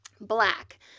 black